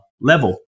level